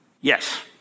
Yes